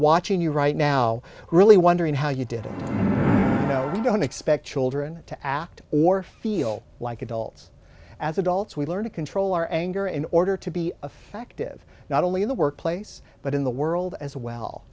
watching you right now really wondering how you did it you don't expect children to act or feel like adults as adults we learn to control our anger in order to be effective not only in the workplace but in the world as well